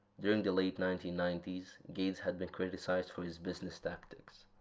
during the late nineteen ninety s, gates had been criticized for his business tactics,